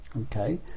okay